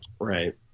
Right